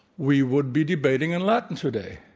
we would be debating in latin today,